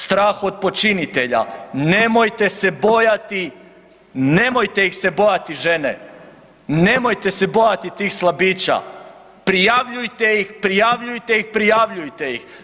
Strah od počinitelja, nemojte se bojati, nemojte ih se bojati žene, nemojte se bojati tih slabića, prijavljujte ih, prijavljujte ih, prijavljujte ih.